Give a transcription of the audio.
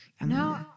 No